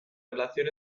relación